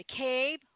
McCabe